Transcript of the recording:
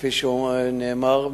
כפי שנאמר,